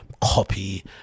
copy